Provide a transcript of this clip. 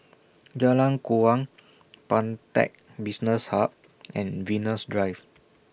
Jalan Kuang Pantech Business Hub and Venus Drive